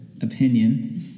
opinion